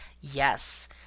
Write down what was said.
Yes